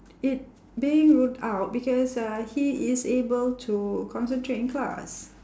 it they ruled out because uh he is able to concentrate in class